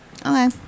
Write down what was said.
Okay